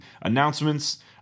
announcements